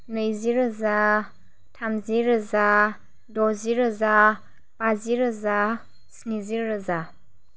नैजि रोजा थामजि रोजा द'जि रोजा बाजि रोजा स्निजि रोजा